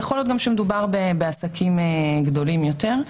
יכול להיות גם שמדובר בעסקים גדולים יותר,